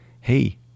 Hey